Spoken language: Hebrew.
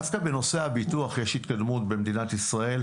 דווקא בנושא הביטוח יש התקדמות במדינת ישראל,